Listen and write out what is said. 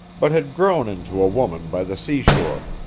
but had grown into a woman by the sea-shore.